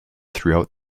throughout